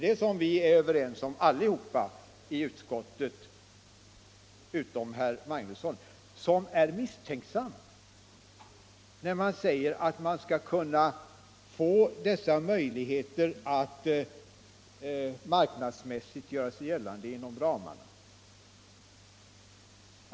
Det är vi överens om allihop i utskottet utom herr Magnusson, som är misstänksam när vi säger att trafikföretagen skall få möjligheter att marknadsmässigt göra sig gällande inom ramarna.